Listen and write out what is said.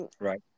Right